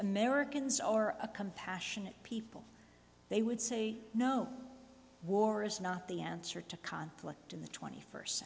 americans are a compassionate people they would say no war is not the answer to conflict in the twenty first